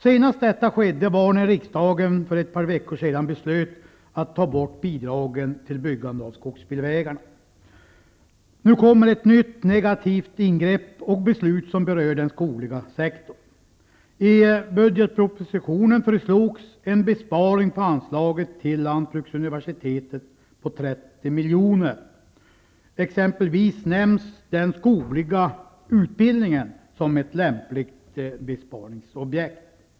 Senast detta skedde var när riksdagen för ett par veckor sedan beslöt att ta bort bidragen till byggande av skogsbilvägar. Nu kommer ett nytt negativt ingrepp och ett nytt negativt beslut som berör den skogliga sektorn. I Den skogliga utbildningen nämns som ett lämpligt besparingsobjekt.